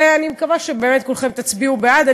ואני מקווה שבאמת כולכם תצביעו בעד.